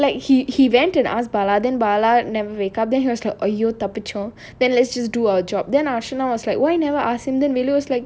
like he he went and asked bala then bala never wake up then he was like !aiyo! தப்பிச்சோம்:thappichom then let's just do our job then archana was like why never ask him then velu was like